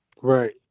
right